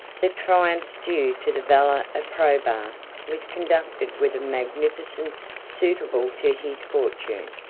the triumph due to the valor of probus was conducted with a magnificence suitable to his fortune,